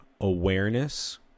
awareness